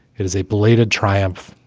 it is a belated triumph.